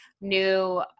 new